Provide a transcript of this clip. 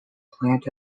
plant